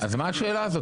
אז מה השאלה הזאת?